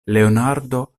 leonardo